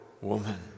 woman